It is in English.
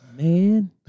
man